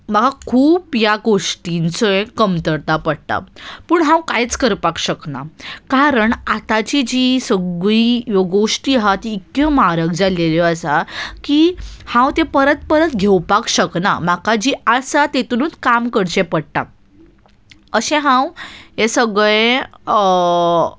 म्हाका खूब ह्या गोश्टींचोय कमतरता पडटा पूण हांव कांयच करपाक शकना कारण आतांची जी सगळी ह्यो गोश्टी आसा ती इतक्यो म्हारग जाल्लेल्यो आसा की हांव त्यो परत परत घेवपाक शकना म्हाका जी आसा तितुनूच काम करचें पडटा अशें हांव हें सगळें